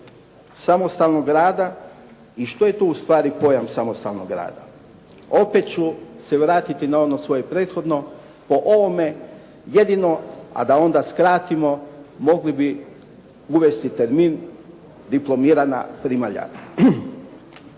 samostalnog rada i što je to ustvari pojam samostalnog rada. Opet ću se vratiti na ono svoje prethodno, po ovome jedino, a da onda skratimo, mogli bi uvesti termin diplomirana primalja.